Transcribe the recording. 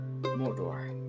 Mordor